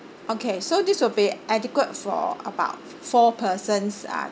okay so this will be adequate for about four persons uh